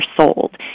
sold